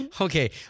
okay